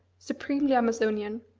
supremely amazonian,